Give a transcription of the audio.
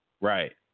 Right